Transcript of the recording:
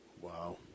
Wow